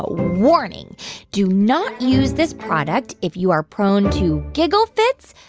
warning do not use this product if you are prone to giggle fits,